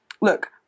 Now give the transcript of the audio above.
Look